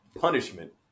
punishment